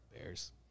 bears